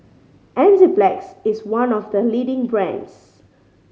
Enzyplex is one of the leading brands